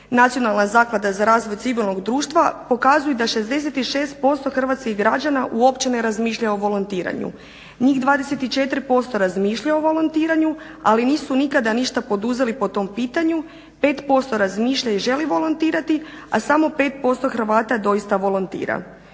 Nacionalna zaklada za razvoj civilnog društva pokazuje da 66% hrvatskih građana uopće ne razmišlja o volontiranju. Njih 24% razmišlja o volontiranju ali nisu nikada ništa poduzeli po tom pitanju, 5% razmišlja i želi volontirati a samo 5% hrvata doista volontira.